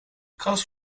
cast